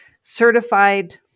certified